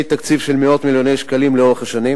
תקציב של מאות מיליוני שקלים לאורך השנים,